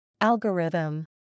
Algorithm